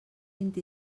vint